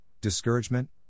discouragement